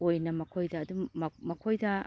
ꯑꯣꯏꯅ ꯃꯈꯣꯏꯗ ꯑꯗꯨꯝ ꯃꯈꯣꯏꯗ